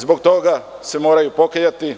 Zbog toga se moraju pokajati,